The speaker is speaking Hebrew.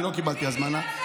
אני לא קיבלתי הזמנה.